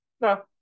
No